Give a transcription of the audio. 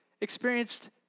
experienced